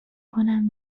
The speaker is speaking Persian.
کنم